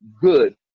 good